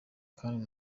kandi